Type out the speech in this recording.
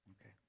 Okay